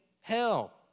hell